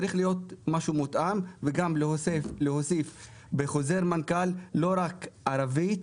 צריך להיות משהו מותאם וגם להוסיף בחוזר מנכ"ל לא רק ערבית,